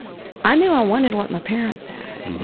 i knew i wanted what my parents had,